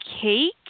cake